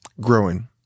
Growing